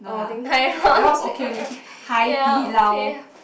oh Din-Tai-Fung ya okay